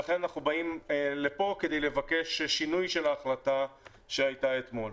ולכן אנחנו באים לפה כדי לבקש שינוי של ההפחתה שהייתה אתמול.